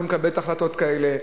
שמקבלת החלטות כאלה.